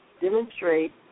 demonstrate